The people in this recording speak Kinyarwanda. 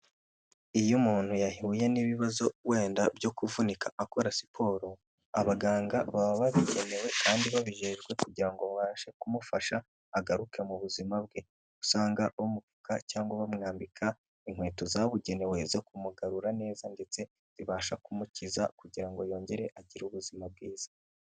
Iyo umuntu yahuye n'ibibazo wenda byo kuvunika akora siporo, abaganga baba bakenewe kandi babijejwe kugira ngo babashe kumufasha agaruke mu buzima bwe, usanga bamupfuka cyangwa bamwambika inkweto zabugenewe zo kumugarura neza ndetse zibasha kumukiza kugira ngo yongere agire ubuzima bwiza.